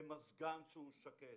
במזגן שקט,